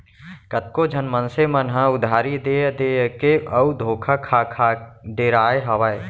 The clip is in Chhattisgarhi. कतको झन मनसे मन ह सब उधारी देय देय के अउ धोखा खा खा डेराय हावय